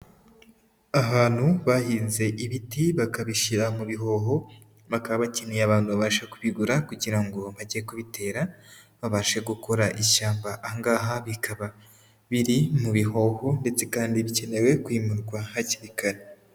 Ahantu bahinze ibiti bakabishyira mu bihoho, bakaba bakeneye abantu babasha kubigura, kugira ngo bajye kubitera, babashe gukora ishyamba. Ahangaha bikaba biri mu bihoho, ndetse kandi bikenewe kwimurwa hakiri kare.